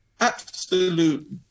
absolute